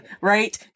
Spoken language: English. Right